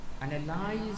analyze